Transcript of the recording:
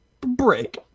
break